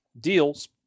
deals